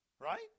Right